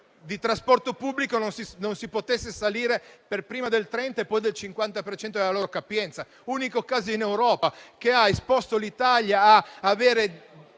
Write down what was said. di trasporto pubblico non si potesse salire prima oltre il 30 e poi il 50 per cento della loro capienza, unico caso in Europa che ha esposto l'Italia a un